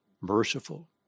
Merciful